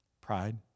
Pride